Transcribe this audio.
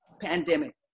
pandemic